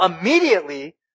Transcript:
Immediately